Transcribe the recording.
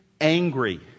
angry